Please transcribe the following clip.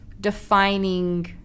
defining